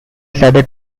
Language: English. sided